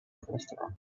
cholesterol